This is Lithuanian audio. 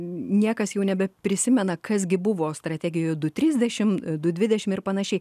niekas jau nebeprisimena kas gi buvo strategijojedu trisdešimt du dvidešimt ir panašiai